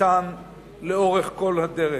אתן לאורך כל הדרך,